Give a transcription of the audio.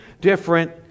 different